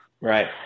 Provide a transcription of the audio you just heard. Right